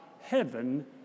heaven